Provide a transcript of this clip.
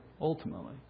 ultimately